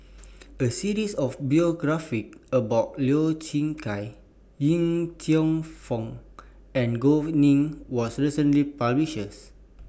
A series of biographies about Lau Chiap Khai Yip Cheong Fun and Gao Ning was recently published